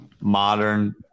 modern